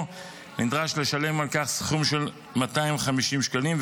נדרש לשלם על כך סכום של 250 שקלים.